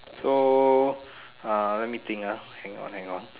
so ah let me think ah hang on hang on